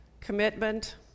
Commitment